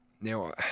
Now